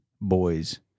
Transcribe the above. boys